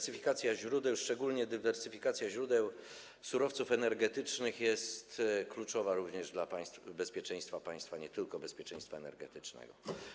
Szczególnie dywersyfikacja źródeł surowców energetycznych jest kluczowa również dla bezpieczeństwa państwa, nie tylko bezpieczeństwa energetycznego.